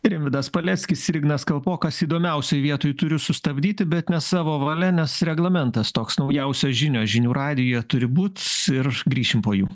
rimvydas paleckis ir ignas kalpokas įdomiausioj vietoj turiu sustabdyti bet ne savo valia nes reglamentas toks naujausios žinios žinių radijuj turi būt ir grįšim po jų